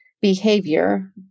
behavior